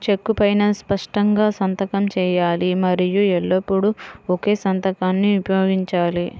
చెక్కు పైనా స్పష్టంగా సంతకం చేయాలి మరియు ఎల్లప్పుడూ ఒకే సంతకాన్ని ఉపయోగించాలి